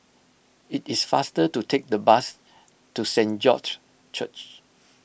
it is faster to take the bus to Saint George Church